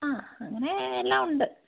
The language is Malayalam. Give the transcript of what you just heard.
ആ അങ്ങനെ എല്ലാം ഉണ്ട്